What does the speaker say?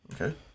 Okay